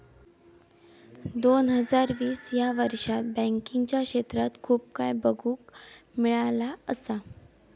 दोन हजार वीस ह्या वर्षात बँकिंगच्या क्षेत्रात खूप काय बघुक मिळाला असा